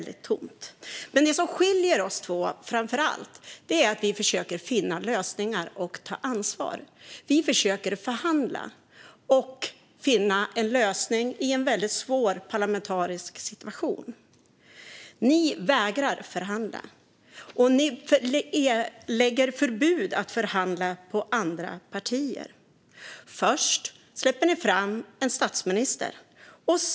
Det som framför allt skiljer oss två är att vi försöker finna lösningar och ta ansvar. Vi försöker förhandla och finna en lösning i en väldigt svår parlamentarisk situation. Ni vägrar att förhandla, och ni lägger förbud mot att förhandla på andra partier. Först släpper ni fram en statsminister.